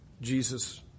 Jesus